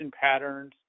patterns